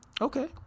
Okay